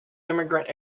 immigrant